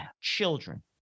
children